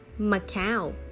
Macau